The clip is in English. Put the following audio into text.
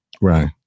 Right